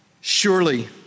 Surely